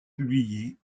publiés